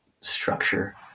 structure